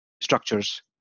structures